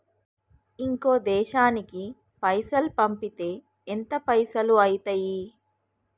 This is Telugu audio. ఇంకో దేశానికి పైసల్ పంపితే ఎంత పైసలు అయితయి?